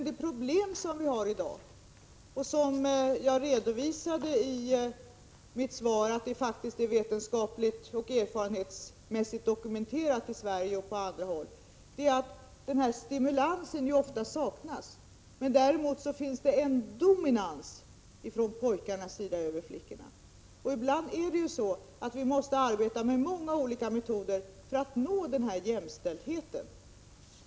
Men problemet är, som jag redovisade i mitt svar, att det faktiskt är vetenskapligt och erfarenhetsmässigt dokumenterat, i Sverige och på andra håll, att den stimulansen ofta saknas. Däremot finns det en dominans från pojkarnas sida över flickorna. Ibland måste vi arbeta med många olika metoder för att nå fram till jämställdheten.